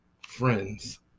friends